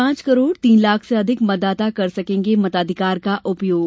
पांच करोड़ तीन लाख से अधिक मतदाता कर सकेगे मताधिकार का उपयोग